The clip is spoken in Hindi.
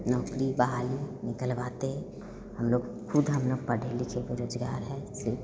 नौकरी बहाली निकलवाते हम लोग ख़ुद हम लोग पढ़े लिखे बेरोज़गार हैं इसे